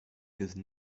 wissen